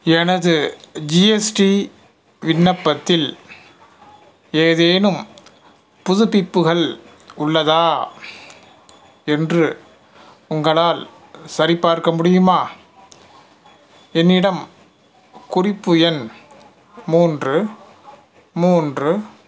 எனது ஜிஎஸ்டி விண்ணப்பத்தில் ஏதேனும் புதுப்பிப்புகள் உள்ளதா என்று உங்களால் சரிப்பார்க்க முடியுமா என்னிடம் குறிப்பு எண் மூன்று மூன்று